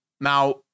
Now